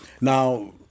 Now